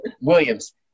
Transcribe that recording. Williams